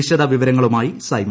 വിശദവിവരങ്ങളുമായി സൈമ